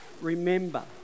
Remember